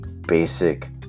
basic